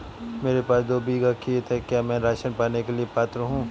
मेरे पास दो बीघा खेत है क्या मैं राशन पाने के लिए पात्र हूँ?